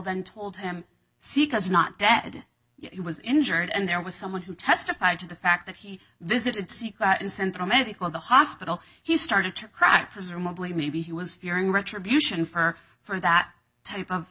then told him see cuz not that he was injured and there was someone who testified to the fact that he visited see in central medical the hospital he started to cry presumably maybe he was fearing retribution for for that type of